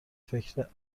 فکر